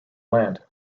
land